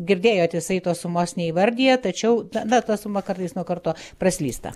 girdėjot jisai tos sumos neįvardija tačiau na na ta suma kartais nuo karto praslysta